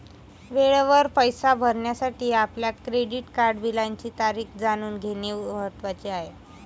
वेळेवर पैसे भरण्यासाठी आपल्या क्रेडिट कार्ड बिलाची तारीख जाणून घेणे महत्वाचे आहे